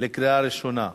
בקריאה ראשונה.